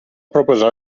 proposar